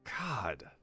god